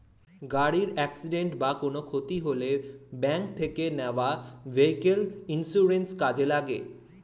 গাড়ির অ্যাকসিডেন্ট বা কোনো ক্ষতি হলে ব্যাংক থেকে নেওয়া ভেহিক্যাল ইন্সুরেন্স কাজে লাগে